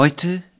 Heute